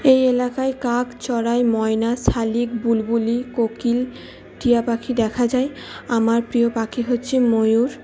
এই এলাকায় কাক চড়াই ময়না শালিখ বুলবুলি কোকিল টিয়াপাখি দেখা যায় আমার প্রিয় পাখি হচ্ছে ময়ূর